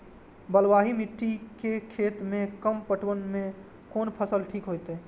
बलवाही मिट्टी के खेत में कम पटवन में कोन फसल ठीक होते?